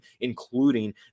including